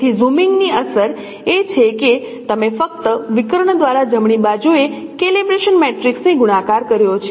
તેથી ઝૂમિંગની અસર એ છે કે તમે ફક્ત વિકર્ણ દ્વારા જમણી બાજુએ કેલિબ્રેશન મેટ્રિક્સને ગુણાકાર કર્યો છે